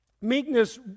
Meekness